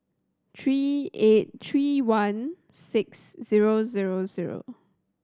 three eight three one six zero zero zero